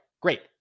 Great